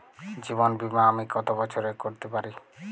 জীবন বীমা আমি কতো বছরের করতে পারি?